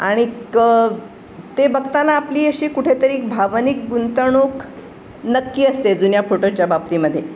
आणि क ते बघताना आपली अशी कुठेतरी भावनिक गुंतवणूक नक्की असते जुन्या फोटोच्या बाबतीमध्ये